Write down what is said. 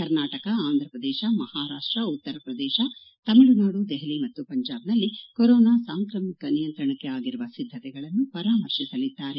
ಕರ್ನಾಟಕ ಆಂಧಪ್ರದೇಶ ಮಹಾರಾಷ್ಟ ಉತ್ತರಪ್ರದೇಶ ತಮಿಳುನಾಡು ದೆಹಲಿ ಮತ್ತು ಪಂಜಾಬ್ನಲ್ಲಿ ಕೊರೋನಾ ಸಾಂಕ್ರಾಮಿಕ ನಿಯಂತ್ರಣಕ್ಕೆ ಆಗಿರುವ ಸಿದ್ದತೆಗಳನ್ನು ಪರಾಮರ್ಶಿಸಲಿದ್ದಾರೆ